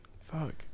fuck